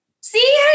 See